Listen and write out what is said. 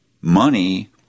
money